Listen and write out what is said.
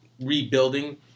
rebuilding